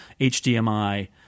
hdmi